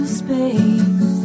space